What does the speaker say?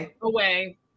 away